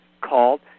called